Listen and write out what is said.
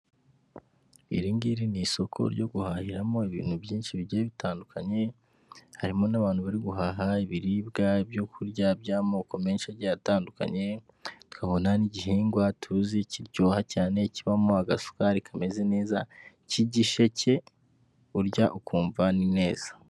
Iri ngiri ni isoko ryo guhahiramo ibintu byinshi bigiye bitandukanye, harimo n'abantu bari guhaha ibiribwa ibyo kurya by'amoko menshi agiye atandukanye, tukabona n'igihingwa tuzi kiryoha cyane kibamo agasukari kameze neza k'igisheke urya ukumva ni neza.